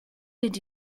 did